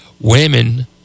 women